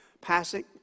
passing